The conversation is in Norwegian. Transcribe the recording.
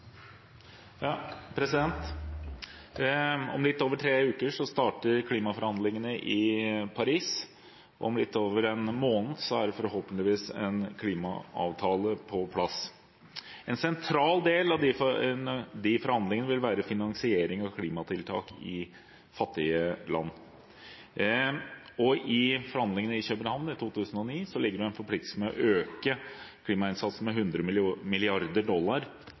Om litt over tre uker starter klimaforhandlingene i Paris. Om litt over en måned er det forhåpentligvis en klimaavtale på plass. En sentral del av disse forhandlingene vil være finansiering og klimatiltak i fattige land. Fra forhandlingene i København i 2009 ligger det en forpliktelse til å øke klimainnsatsen med 100 mrd. dollar